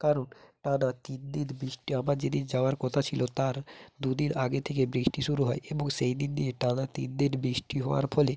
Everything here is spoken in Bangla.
কারণ টানা তিন দিন বৃষ্টি আমার যেদিন যাওয়ার কথা ছিল তার দু দিন আগে থেকে বৃষ্টি শুরু হয় এবং সেই দিন নিয়ে টানা তিন দিন বৃষ্টি হওয়ার ফলে